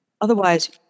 Otherwise